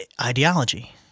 ideology